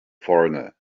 foreigner